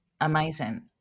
Amazing